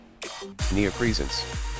Neopresence